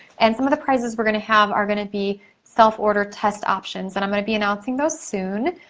and some of the prizes we're gonna have are gonna be self order test options, and i'm gonna be announcing those soon.